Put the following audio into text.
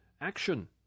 ACTION